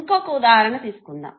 ఇంకొక ఉదాహరణ తీసుకుందాం